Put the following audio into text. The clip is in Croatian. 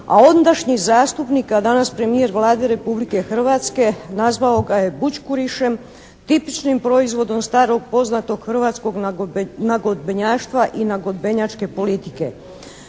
a ondašnji zastupnik a danas premijer Vlade Republike Hrvatske, nazvao ga je bućkurišem, tipičnim proizvodom starog poznatog hrvatskog nagodbenjaštva i nagodbenjačke politike.